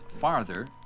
farther